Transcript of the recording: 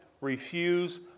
refuse